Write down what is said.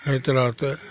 होइत रहतय